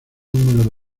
número